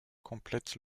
complète